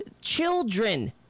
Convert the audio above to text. children